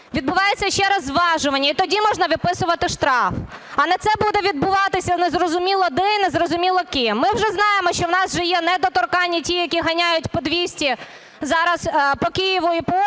відбувається ще раз зважування і тоді можна виписувати штраф. А не це буде відбуватися незрозуміло де і незрозуміло ким. Ми вже знаємо, що у нас вже є недоторканні ті, які ганяють по 200 зараз по Києву і по області,